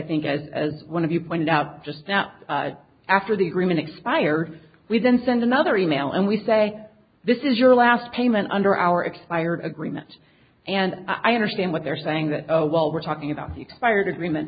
think as as one of you pointed out just now after the agreement expires we then send another email and we say this is your last payment under our expired agreement and i understand what they're saying that oh well we're talking about the expired agreement